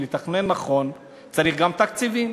ולתכנן נכון צריך גם תקציבים.